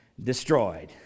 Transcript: destroyed